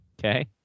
okay